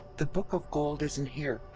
the book of gold isn't here.